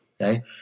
okay